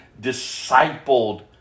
discipled